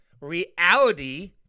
reality